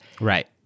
Right